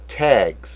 tags